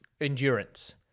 Endurance